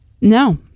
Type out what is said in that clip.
No